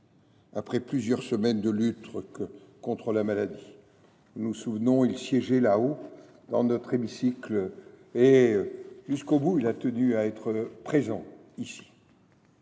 après plusieurs semaines de lutte contre la maladie. Nous nous souvenons : il siégeait là haut, dans notre hémicycle, où jusqu’au bout il a tenu à être présent.